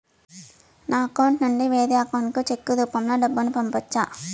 నా అకౌంట్ నుండి వేరే అకౌంట్ కి చెక్కు రూపం లో డబ్బును పంపొచ్చా?